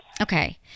Okay